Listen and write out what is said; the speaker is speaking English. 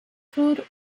food